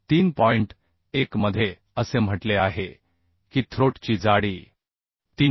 1 मध्ये असे म्हटले आहे की थ्रोट ची जाडी 3 मि